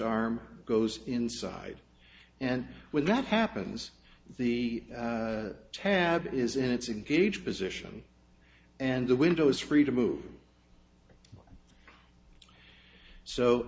arm goes inside and when that happens the tab is in it's a gauge position and the window is free to move so